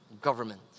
government